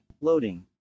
Loading